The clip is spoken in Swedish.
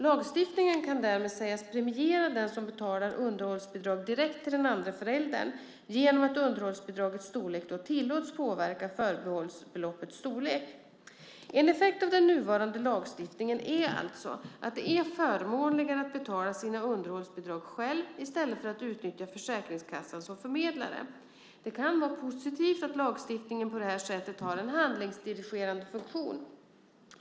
Lagstiftningen kan därmed sägas premiera den som betalar underhållsbidrag direkt till den andre föräldern genom att underhållsbidragets storlek då tillåts påverka förbehållsbeloppets storlek. En effekt av den nuvarande lagstiftningen är alltså att det är förmånligare att betala sina underhållsbidrag själv i stället för att utnyttja Försäkringskassan som förmedlare. Det kan vara positivt att lagstiftningen på det här sättet har en handlingsdirigerande funktion.